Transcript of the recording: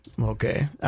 Okay